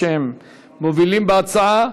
שהם מובילים בהצעה.